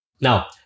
Now